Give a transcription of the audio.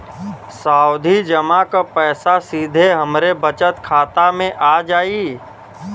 सावधि जमा क पैसा सीधे हमरे बचत खाता मे आ जाई?